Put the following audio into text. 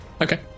Okay